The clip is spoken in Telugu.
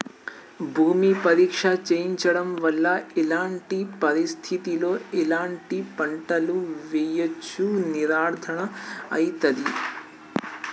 భూమి పరీక్ష చేయించడం వల్ల ఎలాంటి పరిస్థితిలో ఎలాంటి పంటలు వేయచ్చో నిర్ధారణ అయితదా?